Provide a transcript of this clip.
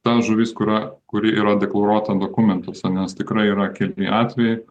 ta žuvis kuria kuri yra deklaruota dokumentuose nes tikrai yra keli atvejai